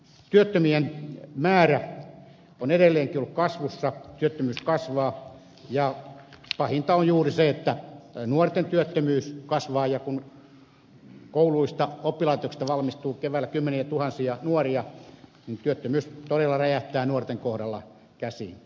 työttömien määrä on edelleenkin ollut kasvussa työttömyys kasvaa ja pahinta on juuri se että nuorten työttömyys kasvaa ja kun kouluista oppilaitoksista valmistuu keväällä kymmeniätuhansia nuoria niin työttömyys todella räjähtää nuorten kohdalla käsiin